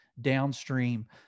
downstream